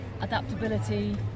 adaptability